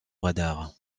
radar